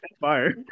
fire